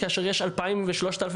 והאם הוא אפקטיבי כשישי 2,000 ו-3,000